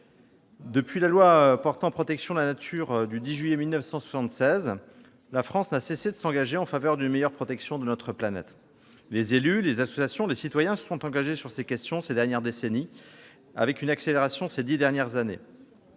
Depuis la loi relative à la protection de la nature du 10 juillet 1976, la France n'a cessé de s'engager en faveur d'une meilleure protection de notre planète. Les élus, les associations, les citoyens, se sont engagés sur ces questions ces dernières décennies, avec une accélération ces dix dernières années.